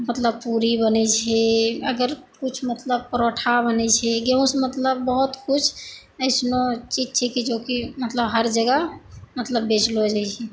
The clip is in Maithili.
मतलब पूड़ी बनै छियै अगर किछु मतलब परोठा बनै छियै गेहूॅं सऽ मतलब बहुत किछु ऐसनो चीज छै कि मतलब हर जगह मतलब बेचलो जाइ छै